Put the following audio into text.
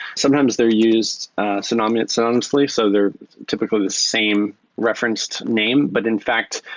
sometimes they're used synonymously. synonymously. so they're typically the same referenced name. but in fact,